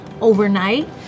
overnight